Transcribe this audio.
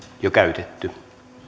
jo käytetty